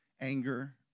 Anger